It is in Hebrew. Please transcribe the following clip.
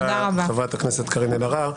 תודה רבה, חברת הכנסת קארין אלהרר.